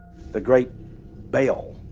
the great baal,